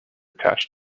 cache